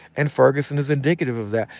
and ferguson is indicative of that.